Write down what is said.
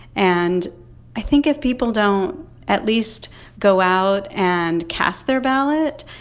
and i think if people don't at least go out and cast their ballot,